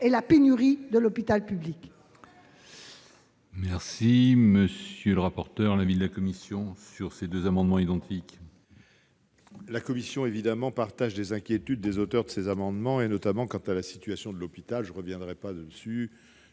et la pénurie de l'hôpital public